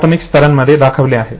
हे प्राथमिक स्तरांमध्ये दाखवले आहे